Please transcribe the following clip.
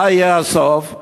מה יהיה הסוף,